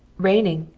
raining,